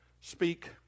Speak